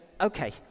Okay